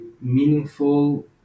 meaningful